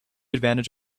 advantage